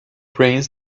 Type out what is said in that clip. brains